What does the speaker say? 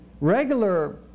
Regular